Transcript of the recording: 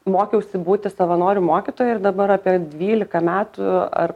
mokiausi būti savanorių mokytoja ir dabar apie dvylika metų ar